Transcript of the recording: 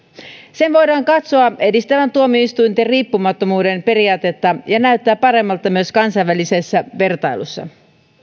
sen voidaan katsoa edistävän tuomioistuinten riippumattomuuden periaatetta ja se näyttää paremmalta myös kansainvälisessä vertailussa